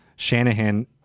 Shanahan